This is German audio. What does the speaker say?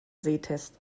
sehtest